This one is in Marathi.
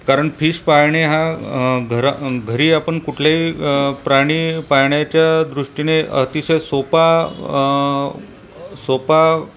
कारण फिश पाळणे हा घरा घरी आपण कुठले प्राणी पाळण्याच्या दृष्टीने अतिशय सोपा सोपा